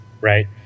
right